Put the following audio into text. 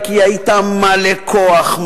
כי היית מלא כוח,